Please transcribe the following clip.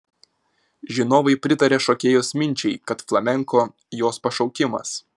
žinovai pritaria šokėjos minčiai kad flamenko jos pašaukimas